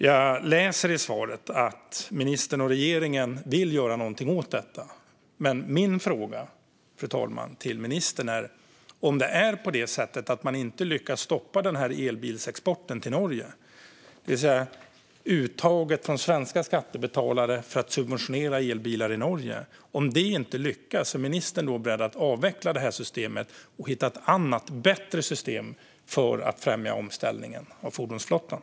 Jag läser i svaret att ministern och regeringen vill göra någonting åt detta. Min fråga till ministern är: Om det är på det sättet att man inte lyckas stoppa elbilsexporten till Norge, det vill säga uttaget från svenska skattebetalare för att subventionera elbilar i Norge, är ministern då beredd att avveckla systemet och hitta ett annat bättre system för att främja omställningen av fordonsflottan?